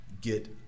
get